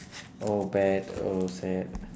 oh bad oh sad